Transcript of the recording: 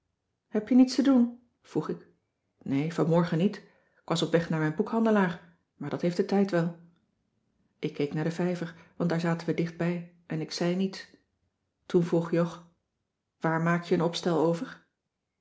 heb je niets te doen vroeg ik nee vanmorgen niet k was op weg naar mijn boekhandelaar maar dat heeft de tijd wel ik keek naar den vijver want daar zaten we dichtbij en ik zei niets toen vroeg jog waar maak je een opstel over